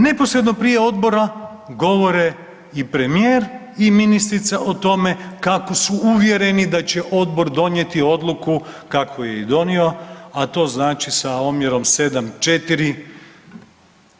Neposredno prije Odbora govore i premijer i ministrica o tome kako su uvjereni da će Odbor donijeti odluku kako je i donio, a to znači sa omjerom 7:4.